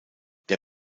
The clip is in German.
der